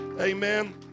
Amen